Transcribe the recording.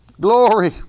glory